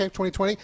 2020